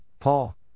Paul